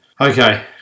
Okay